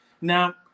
Now